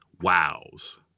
wows